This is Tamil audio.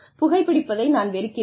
புகைப்பிடிப்பதை நான் வெறுக்கிறேன்